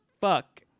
fuck